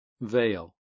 veil